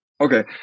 Okay